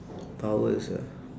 powers ah